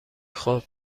خوب